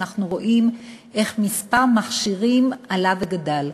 אנחנו רואים שמספר המכשירים עלה וגדל.